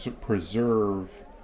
preserve